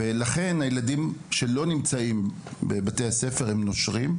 לכן הילדים שלא נמצאים בבתי הספר, הם נושרים.